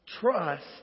trust